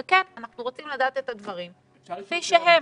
וכן, אנחנו רוצים לדעת את הדברים כפי שהם.